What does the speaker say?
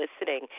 listening